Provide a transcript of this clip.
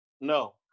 no